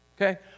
Okay